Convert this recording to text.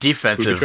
Defensive